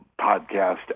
podcast